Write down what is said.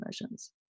emotions